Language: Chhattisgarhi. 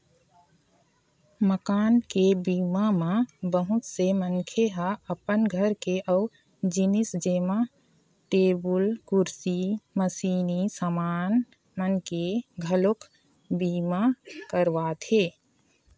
मकान के बीमा म बहुत से मनखे ह अपन घर के अउ जिनिस जेमा टेबुल, कुरसी, मसीनी समान मन के घलोक बीमा करवाथे